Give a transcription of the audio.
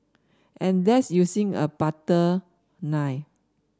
and that's using a butter knife